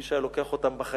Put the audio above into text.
שמישהו היה לוקח אותם בחיים.